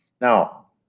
Now